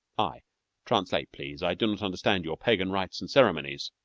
i translate, please i do not understand your pagan rites and ceremonies.